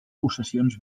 possessions